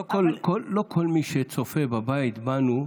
לא כל מי שצופה בנו בבית,